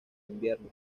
invierno